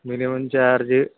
minimum charge